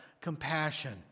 compassion